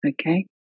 Okay